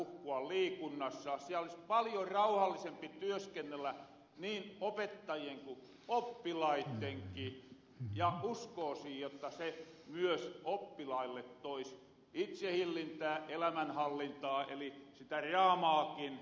siel olis paljon rauhallisempi työskennellä niin opettajien ku oppilaittenki ja uskoosin jotta se myös oppilaille tois itsehillintää elämänhallintaa eli sitä raamaakin